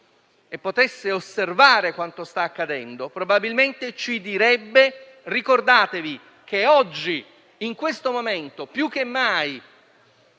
e potesse osservare quanto sta accadendo probabilmente ci direbbe: ricordatevi che oggi, in questo momento più che mai,